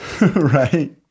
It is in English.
right